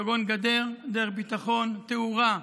כגון גדר, דרך ביטחון, תאורה,